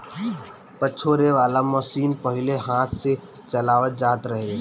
पछोरे वाला मशीन पहिले हाथ से चलावल जात रहे